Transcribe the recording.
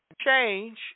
change